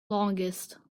longest